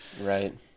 Right